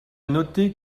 noté